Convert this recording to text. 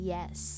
Yes